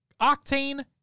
Octane